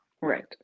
right